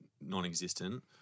non-existent